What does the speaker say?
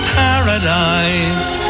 paradise